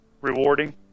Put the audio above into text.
rewarding